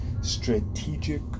strategic